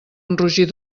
enrogir